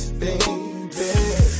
baby